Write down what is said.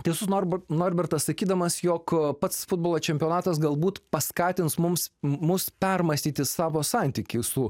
tiesų norb norbertas sakydamas jog pats futbolo čempionatas galbūt paskatins mums mus permąstyti savo santykį su